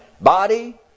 body